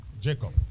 Jacob